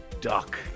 Duck